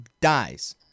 dies